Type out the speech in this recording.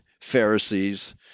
Pharisees